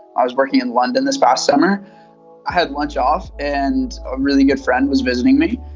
i was working in london this past summer. i had lunch off and a really good friend was visiting me.